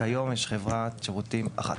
כיום יש חברת שירותים אחת.